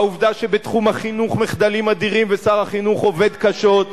בעובדה שבתחום החינוך היו מחדלים אדירים ושר החינוך עובד קשות,